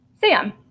Sam